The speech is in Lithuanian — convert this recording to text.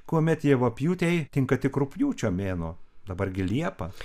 kuomet javapjūtei tinka tik rugpjūčio mėnuo dabar gi liepa